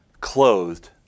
clothed